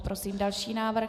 Prosím další návrh.